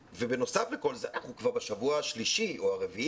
ובנוסף לכל זה אנחנו כבר בשבוע השלישי או הרביעי